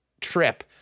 trip